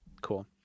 Cool